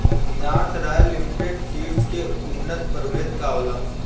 North Royal Limited Seeds के उन्नत प्रभेद का होला?